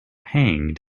hanged